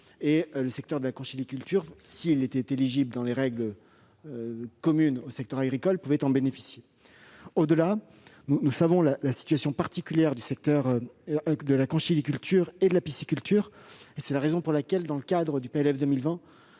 Le secteur de la conchyliculture, s'il était éligible dans les règles communes au secteur agricole, pouvait en bénéficier. Au-delà, nous savons la situation particulière du secteur de la conchyliculture et de la pisciculture. Aussi, dans le cadre du projet